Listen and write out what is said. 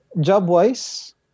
job-wise